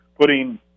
putting